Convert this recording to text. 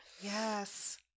Yes